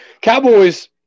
Cowboys